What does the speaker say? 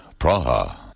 Praha